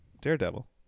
Daredevil